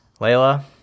Layla